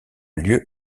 lieu